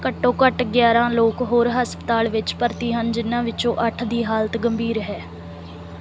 ਘੱਟੋ ਘੱਟ ਗਿਆਰਾਂ ਲੋਕ ਹੋਰ ਹਸਪਤਾਲ ਵਿੱਚ ਭਰਤੀ ਹਨ ਜਿਨ੍ਹਾਂ ਵਿੱਚੋਂ ਅੱਠ ਦੀ ਹਾਲਤ ਗੰਭੀਰ ਹੈ